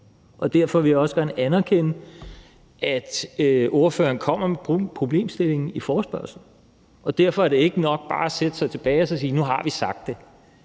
og derfor vil jeg også gerne anerkende, at ordføreren kommer med problemstillingen i forespørgslen. Derfor er det ikke nok bare at sætte sig tilbage og sige, at nu har vi sagt det.